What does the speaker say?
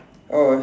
oh